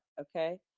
okay